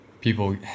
people